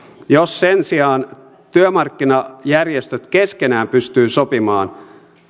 jos sen sijaan työmarkkinajärjestöt keskenään pystyvät sopimaan